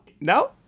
no